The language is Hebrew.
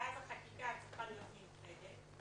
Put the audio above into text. ואז החקיקה צריכה להיות מיוחדת,